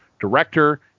director